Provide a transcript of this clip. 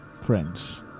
friends